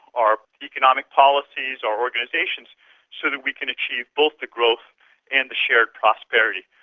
our economic policies, our organisations so that we can achieve both the growth and shared prosperity.